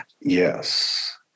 Yes